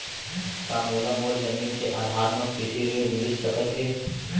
का मोला मोर जमीन के आधार म कृषि ऋण मिलिस सकत हे?